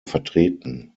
vertreten